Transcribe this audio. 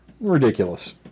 Ridiculous